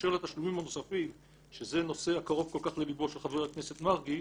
באשר לתשלומים הנוספים שזה נושא הקרוב כל כך לליבו של חבר הכנסת מרגי,